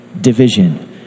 division